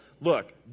look